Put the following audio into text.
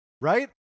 right